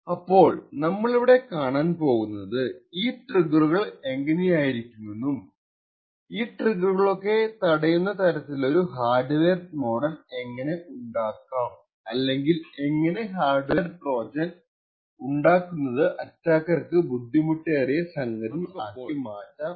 അപ്പോൾ നമ്മളിവിടെ കാണാൻ പോകുന്നത് ഈ ട്രിഗറുകൾ എങ്ങനെയിരിക്കുമെന്നും ഈ ട്രിഗറുകളെയൊക്കെ തടയുന്ന താരത്തിലൊരു ഹാർഡ്വെയർ മോഡൽ എങ്ങിനെ ഉണ്ടാക്കാം അല്ലെങ്കിൽ എങ്ങിനെ ഹാർഡ്വെയർ ട്രോജൻ ഉണ്ടാക്കുന്നത് അറ്റാക്കർക്കു ബുദ്ധിമുട്ടേറിയ സംഗതി ആക്കി മാറ്റാമെന്നുമാണ്